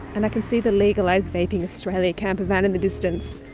and i can see the legalise vaping australia campervan in the distance.